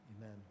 amen